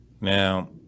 Now